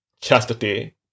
chastity